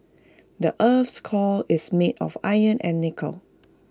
the Earth's core is made of iron and nickel